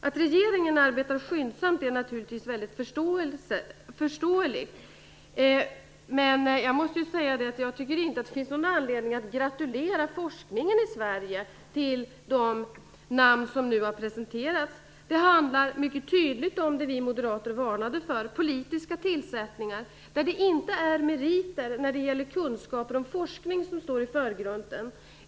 Att regeringen arbetar skyndsamt är naturligtvis mycket förståeligt, men jag tycker inte att det finns någon anledning att gratulera forskningen i Sverige till de namn som nu har presenterats. Det handlar mycket tydligt om det som vi moderater varnade för, nämligen politiska tillsättningar. Det är inte meriter när det gäller kunskaper om forskning som står i förgrunden.